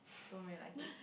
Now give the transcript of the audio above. don't really like it